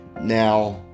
Now